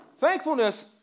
Thankfulness